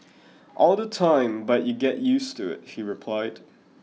all the time but you get used to it he replied